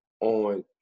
on